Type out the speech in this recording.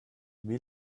wie